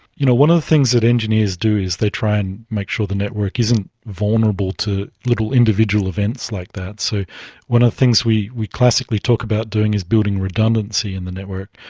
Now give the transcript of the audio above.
you know one of the things that engineers do is they try and make sure the network isn't vulnerable to little individual events like that. so one of the things we we classically talk about doing is building redundancy in the network.